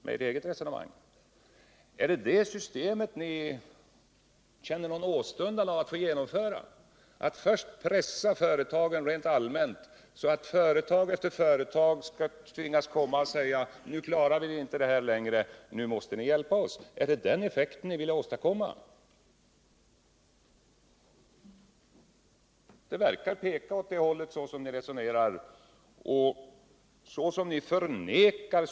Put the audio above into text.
Känner ni någon åstundan att få genomföra ett system som innebär att man först pressar företagen rent allmänt, så att företag efter företag tvingas komma och säga att de inte längre klarar verksamheten utan måste ha hjälp? Är det den effekten ni vill åstadkomma? Det verkar peka åt det hållet av ert resonemang att döma.